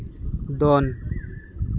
ᱫᱚᱱ